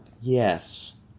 Yes